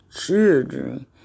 children